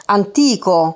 antico